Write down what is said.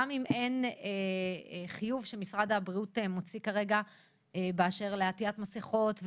גם אם אין חיוב שמשרד הבריאות מוציא כרגע באשר לעטיית מסכות,